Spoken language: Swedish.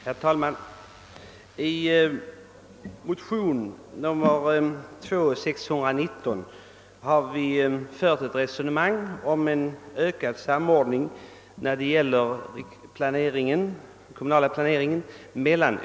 Herr talman! I motionen II: 619, likalydande med motionen 1:549, har vi motionärer fört ett resonemang om en ökad samordning mellan olika län när det gäller den kommunala planeringen.